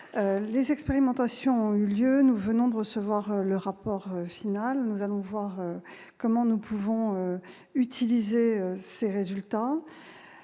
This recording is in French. Les expérimentations ont eu lieu. Nous venons de recevoir le rapport final ; nous allons voir comment utiliser ces résultats.